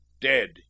dead